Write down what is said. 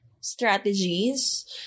strategies